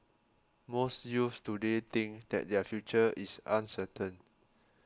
most youths today think that their future is uncertain